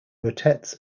motets